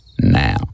now